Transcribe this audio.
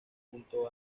junto